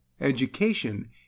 Education